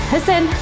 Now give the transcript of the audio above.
Listen